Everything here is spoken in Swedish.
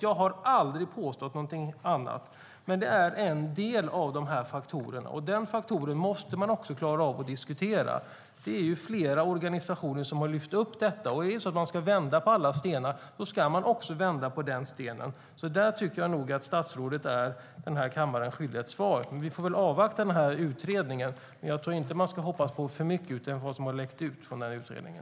Jag har aldrig påstått någonting annat. Men det är en av dessa faktorer, och den måste man också klara av att diskutera. Det är flera organisationer som har lyft fram detta. Om man ska vända på alla stenar ska man vända även på den stenen. Där tycker jag nog att statsrådet är skyldig denna kammare ett svar. Vi får väl avvakta utredningen, men jag tror inte att man ska hoppas på för mycket utifrån vad som har läckt ut från den.